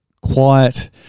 quiet